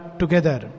together